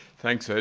thanks, ed.